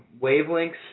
wavelengths